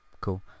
cool